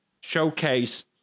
showcase